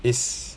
is